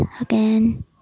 again